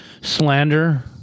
slander